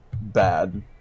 bad